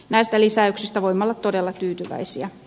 näistä lisäyksistä voimme olla todella tyytyväisiä